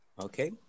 Okay